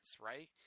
right